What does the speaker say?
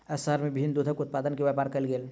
शहर में विभिन्न दूधक उत्पाद के व्यापार कयल गेल